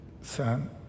son